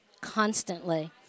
constantly